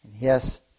Yes